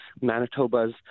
Manitoba's